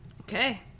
Okay